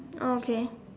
okay